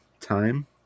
time